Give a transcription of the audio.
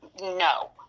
no